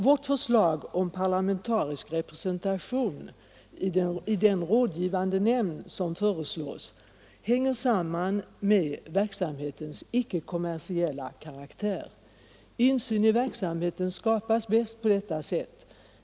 Vårt förslag om parlamentarisk representation i den rådgivande nämnd som föreslås hänger samman med verksamhetens icke-kommersiella karaktär. Insyn i verksamheten skapas bäst på detta sätt.